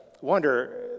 wonder